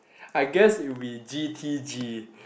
I guess it would be G_T_G